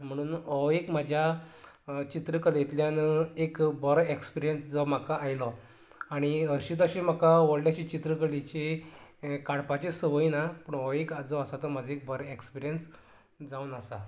म्हणून ऑ एक म्हज्या चित्रकलेंतल्यान एक बरो एक्सपरियन्स जो म्हाका आयलो आनी अशें तशें म्हाका व्हडलेशें चित्रकलेची काडपाचें संवय ना पूण हो एक आ जो आसा तो म्हाजो एक बरे एक्सपरियन्स जावन आसा